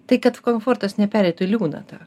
tai kad komfortas nepereitų į liūną tą